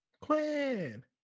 Quinn